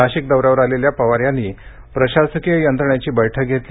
नाशिक दौऱ्यावर आलेल्या अजित पवार यांनी प्रशासकीय यंत्रणेची बैठक घेतली